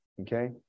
okay